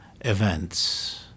events